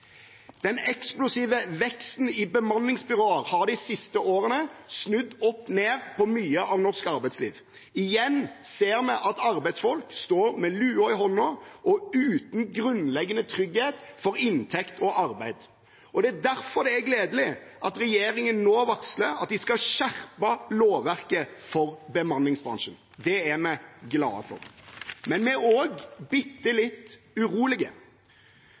Den eksplosive veksten i bemanningsbyråer har de siste årene snudd opp ned på mye av norsk arbeidsliv. Igjen ser vi at arbeidsfolk står med lua i hånda og uten grunnleggende trygghet for inntekt og arbeid. Derfor er det gledelig at regjeringen nå varsler at den skal skjerpe lovverket for bemanningsbransjen. Det er vi glad for. Men vi er også bitte litt urolige,